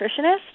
nutritionist